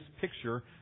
picture